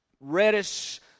reddish